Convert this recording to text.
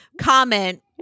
comment